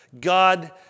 God